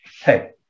hey